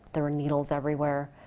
there were needles everywhere.